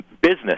business